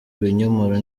ibinyomoro